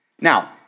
Now